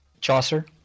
Chaucer